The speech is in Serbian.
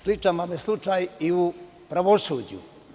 Sličan vam je slučaj i u pravosuđu.